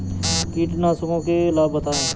कीटनाशकों के लाभ बताएँ?